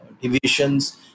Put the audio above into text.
divisions